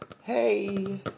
Hey